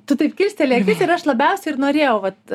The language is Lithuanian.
tu taip kilstelėjai akis ir aš labiausiai ir norėjau vat